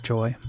Joy